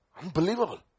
unbelievable